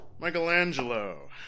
Michelangelo